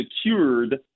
secured